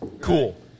Cool